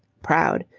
proud.